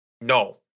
no